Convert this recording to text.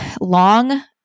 Long